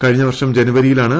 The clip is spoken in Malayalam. കഴിഞ്ഞ വർഷം ജനുവരിയിലാണ് പി